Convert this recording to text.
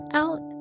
out